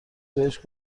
بهش